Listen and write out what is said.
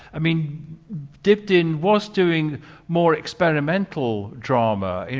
i mean dipdin was doing more experimental drama.